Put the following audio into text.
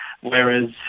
Whereas